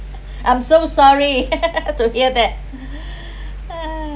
I'm so sorry to hear that